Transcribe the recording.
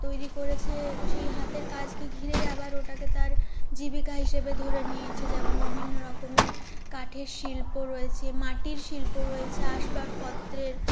তৈরি করেছে সেই হাতের কাজকে ঘিরেই আবার ওটাকে তার জীবিকা হিসাবে ধরে নিয়েছে যেমন বিভিন্নরকমের কাঠের শিল্প রয়েছে মাটির শিল্প রয়েছে আসবাবপত্রের